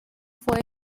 fue